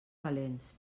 valents